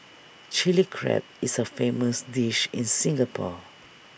Chilli Crab is A famous dish in Singapore